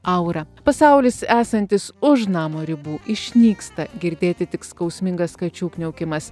aura pasaulis esantis už namo ribų išnyksta girdėti tik skausmingas kačių kniaukimas